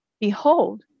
Behold